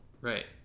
Right